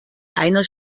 einer